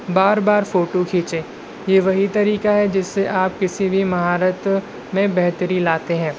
بار بار فوٹو کھینچیں یہ وہی طریقہ ہے جس سے آپ کسی بھی مہارت میں بہتری لاتے ہیں